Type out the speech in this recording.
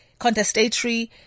contestatory